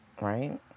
Right